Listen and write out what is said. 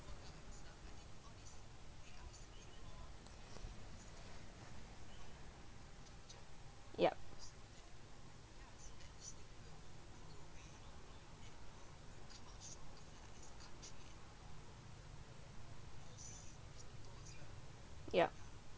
yup yup